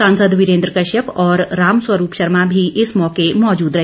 सांसद वीरेंद्र कश्यप और रामस्वरूप शर्मा भी इस मौके मौजुद रहे